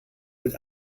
mit